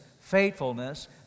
faithfulness